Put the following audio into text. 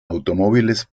automóviles